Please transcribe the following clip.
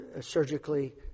Surgically